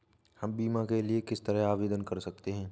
हम बीमे के लिए किस तरह आवेदन कर सकते हैं?